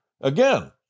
Again